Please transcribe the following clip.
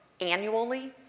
annually